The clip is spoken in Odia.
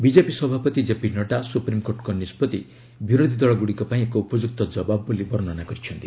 ବିଜେପି ସଭାପତି ଜେପି ନଡ୍ଡା ସୁପ୍ରିମ୍କୋର୍ଟଙ୍କ ନିଷ୍କଭି ବିରୋଧୀଦଳ ଗୁଡ଼ିକ ପାଇଁ ଏକ ଉପଯୁକ୍ତ ଜବାବ ବୋଲି ବର୍ଣ୍ଣନା କରିଛନ୍ତି